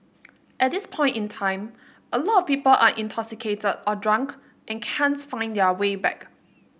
at this point in time a lot of people are intoxicated or drunk and can't find their way back